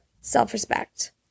self-respect